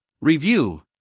review